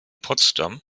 potsdam